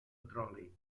petroli